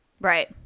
Right